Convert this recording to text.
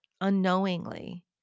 unknowingly